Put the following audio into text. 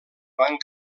van